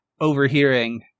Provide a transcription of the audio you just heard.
overhearing